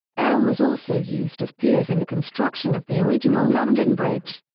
elm was also used as piers in the construction of the original london bridge.